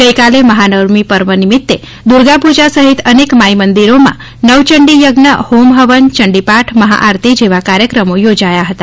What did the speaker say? ગઇકાલે મહાનવમી પર્વ નિમિત્તે દુર્ગાપુજા સહિત અનેક માંઇ મંદિરોમાં નવયંડી થજ્ઞ હોમ હવન ચંડીપાઠ મહાઆરતી જેવા કાર્યક્રમો યોજાથા હતા